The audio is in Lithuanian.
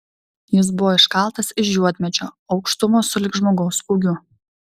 jis buvo iškaltas iš juodmedžio aukštumo sulig žmogaus ūgiu